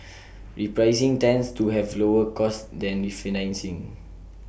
repricing tends to have lower costs than refinancing